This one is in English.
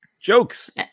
jokes